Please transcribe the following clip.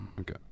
Okay